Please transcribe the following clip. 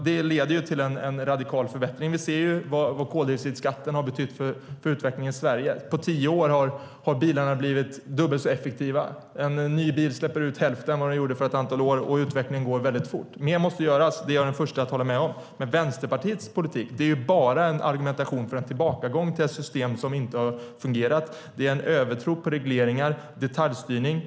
Det leder till en radikal förbättring. Vi ser vad koldioxidskatten har betytt för utvecklingen i Sverige. På tio år har bilarna blivit dubbelt så effektiva. En ny bil släpper ut hälften av vad den gjorde för ett antal år sedan, och utvecklingen går väldigt fort. Mer måste göras; det är jag den förste att hålla med om. Men Vänsterpartiets politik är bara en argumentation för en tillbakagång till ett system som inte har fungerat och en övertro på regleringar och detaljstyrning.